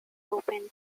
open